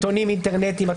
עיתונים אינטרנטיים,